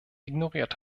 ignoriert